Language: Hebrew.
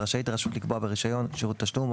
ורשאית הרשות לקבוע ברישיון שירותי תשלום או